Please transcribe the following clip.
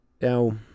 Now